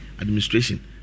administration